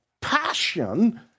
passion